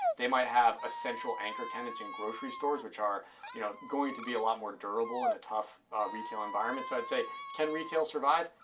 they might have central anchor tenants in grocery stores, which are you know going to be a lot more durable in a tough retail environment. so i'd say, can retail survive?